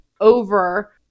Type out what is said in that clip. over